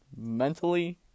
mentally